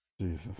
Jesus